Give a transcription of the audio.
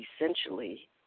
essentially